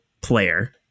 player